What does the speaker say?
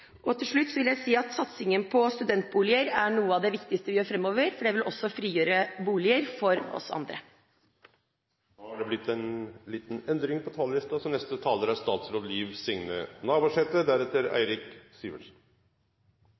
livsløpet. Til slutt vil jeg si at satsingen på studentboliger er noe av det viktigste vi gjør framover, for det vil også frigjøre boliger for oss andre. Mykje av debatten så langt i dag har handla om å eige bustaden sin, moglegheita til å kjøpe seg ein bustad for folk som er rimeleg ressurssterke. Men det